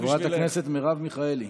חברת הכנסת מרב מיכאלי.